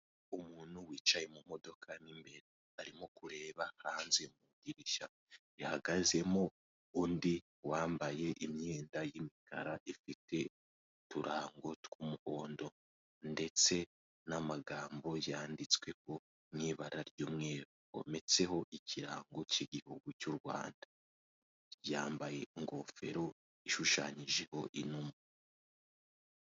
Umuntu wicaye mu mudoka mo imbere, arimo kureba hanze mu idirishya, rihagazemo undi wambaye imyenda y'imikara ifite uturango tw'umuhodo ndetse n'amagambo yanditsweho mu ibara ry'umweru, hometseho ikirango cy'igihugu cy'u Rwanda. Yambaye ingofero ishushanyijeho inuma.